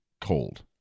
cold